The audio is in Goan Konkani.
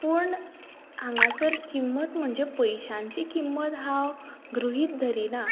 पूण हांगासर किंमत म्हणजे पयशांची किंमत हांव गृहीत धरिना